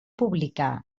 publicar